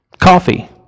Coffee